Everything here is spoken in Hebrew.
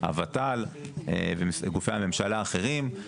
הוות"ל וגופי הממשלה האחרים.